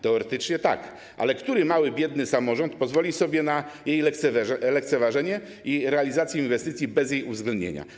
Teoretycznie tak, ale który mały, biedny samorząd pozwoli sobie na jej lekceważenie i realizację inwestycji bez jej uwzględnienia?